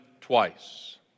twice